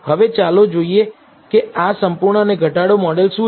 હવે ચાલો જોઈએ કે આ સંપૂર્ણ અને ઘટાડો મોડેલ શું છે